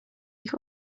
ich